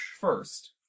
first